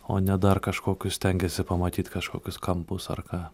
o ne dar kažkokius stengiesi pamatyt kažkokius kampus ar ką